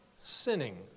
sinning